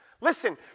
Listen